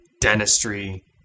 dentistry